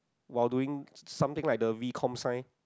while doing something like the V Comm sign